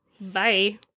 Bye